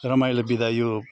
रमाइलो बिदा यो